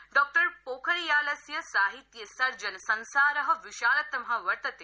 डॉ पोखरियालस्य साहित्य सर्जन संसार विशालतम वर्तते